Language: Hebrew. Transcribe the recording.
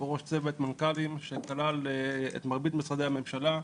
בראש צוות מנכ"לים שכלל את מרבית משרדי הממשלה,